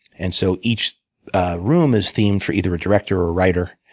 and so each room is themed for either a director or a writer,